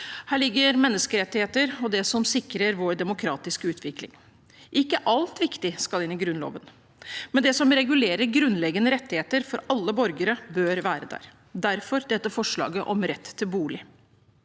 Her ligger menneskerettigheter og det som sikrer vår demokratiske utvikling. Ikke alt viktig skal inn i Grunnloven, men det som regulerer grunnleggende rettigheter for alle borgere, bør være der. Derfor har vi dette forslaget om rett til bolig.